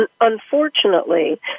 Unfortunately